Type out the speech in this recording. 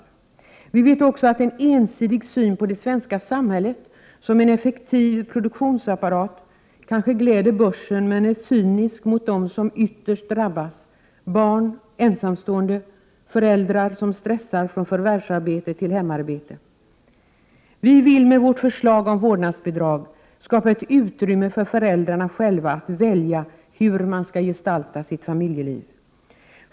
1988/89:59 också att en ensidig syn på det svenska samhället som en effektiv produk = 1 februari 1989 tionsapparat kanske gläder börsen men är cynisk mot dem som ytterst drabbas — barn, ensamstående och föräldrar som stressar från förvärvsarbete till hemarbete. Vi vill med vårt förslag om vårdnadsbidrag skapa ett utrymme för föräldrarna själva att välja hur de skall gestalta sitt familjeliv.